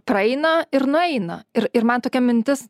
praeina ir nueina ir ir man tokia mintis